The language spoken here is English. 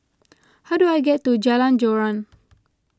how do I get to Jalan Joran